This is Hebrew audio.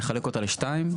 נחלק אותה לשתיים,